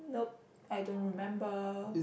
nope I don't remember